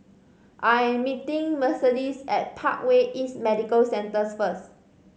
I am meeting Mercedes at Parkway East Medical Centre first